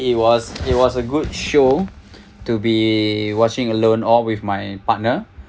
it was it was a good show to be watching alone or with my partner